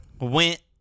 went